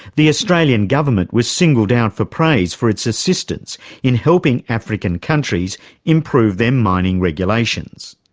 the australian government was singled out for praise for its assistance in helping african countries improve their mining regulations.